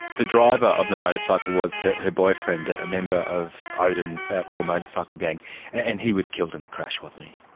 the driver of the motorcycle was her boyfriend, a member of odin's outlaw motorcycle gang and he was killed in the crash, wasn't he.